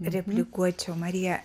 replikuočiau marija